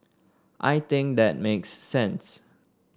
I think that makes sense